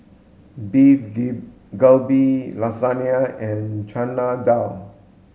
Beef Galbi Lasagne and Chana Dal